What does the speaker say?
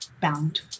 bound